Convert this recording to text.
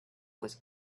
with